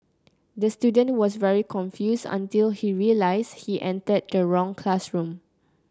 the student was very confused until he realised he entered the wrong classroom